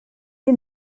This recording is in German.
die